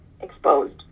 exposed